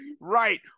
Right